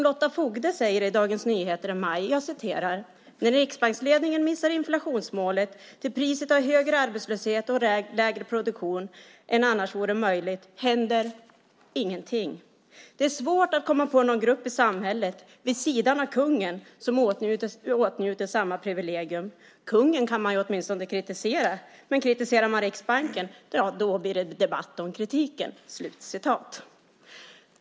Lotta Fogde säger i Dagens Nyheter i maj: "När riksbanksledningen missar inflationsmålet, till priset av högre arbetslöshet och lägre produktion än annars vore möjligt, händer - ingenting. Det är svårt att komma på någon grupp i samhället vid sidan av kungen som åtnjuter samma privilegium. - Kungen får man åtminstone kritisera. När Riksbanken får kritik blir det debatt om kritiken."